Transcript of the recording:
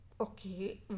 okay